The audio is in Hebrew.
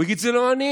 הוא יגיד: זה לא אני,